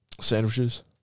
Sandwiches